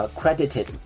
credited